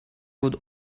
would